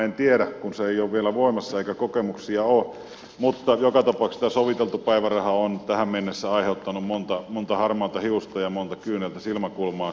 en tiedä kun se ei ole vielä voimassa eikä kokemuksia ole mutta joka tapauksessa tämä soviteltu päiväraha on tähän mennessä aiheuttanut monta harmaata hiusta ja monta kyyneltä silmäkulmaan